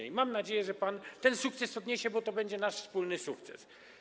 I mam nadzieję, że pan ten sukces odniesie, bo to będzie nasz wspólny sukces.